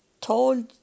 told